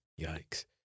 Yikes